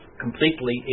completely